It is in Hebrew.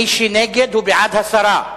מי שנגד, הוא בעד הסרה.